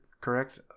correct